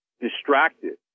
distracted